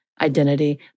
identity